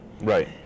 Right